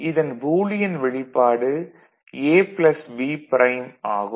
இதன் பூலியன் வெளிப்பாடு A plus B prime ஆகும்